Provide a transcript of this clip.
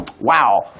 wow